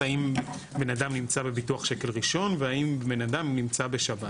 האם בן אדם נמצא בביטוח שקל ראשון והאם בן אדם נמצא בשב"ן.